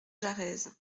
jarez